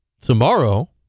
tomorrow